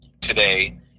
today